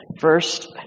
First